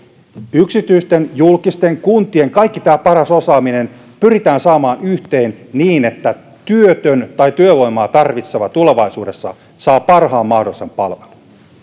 yksityisten julkisten kuntien kaikki paras osaaminen pyritään saamaan yhteen niin että työtön tai työvoimaa tarvitseva tulevaisuudessa saa parhaan mahdollisen palvelun